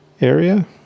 area